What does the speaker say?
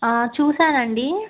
చూసానండి